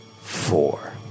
four